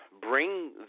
bring